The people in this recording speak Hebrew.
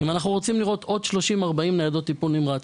אם אנחנו רוצים לראות עוד 30 או 40 ניידות טיפול נמרץ,